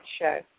show